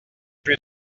plus